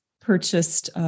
purchased